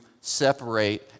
separate